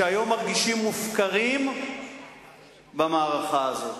שהיום מרגישים מופקרים במערכה הזו.